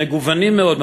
מגוונים מאוד,